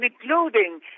including